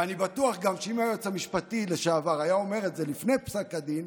ואני בטוח גם שאם היועץ המשפטי לשעבר היה אומר את זה לפני פסק הדין,